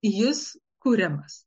jis kuriamas